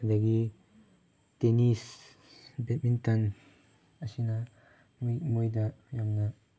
ꯑꯗꯒꯤ tennis badminton ꯑꯁꯤꯅ ꯃꯣꯏꯗ ꯌꯥꯝꯅ